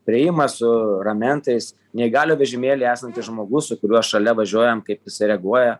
priėjimas su ramentais neįgaliojo vežimėly esantis žmogus su kuriuo šalia važiuojam kaip jisai reaguoja